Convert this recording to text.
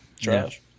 trash